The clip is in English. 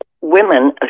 women